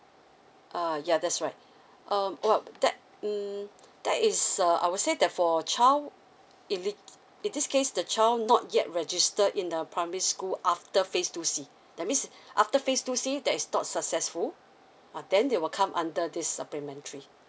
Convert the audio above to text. err yeah that's right um oh that um that is a I would say that for child elig~ in this case the child not yet registered in a primary school after phase two C that means after phase two C that is not successful err then they will come under this supplementary